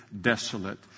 desolate